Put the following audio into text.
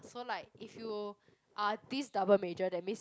so like if you are these double major that means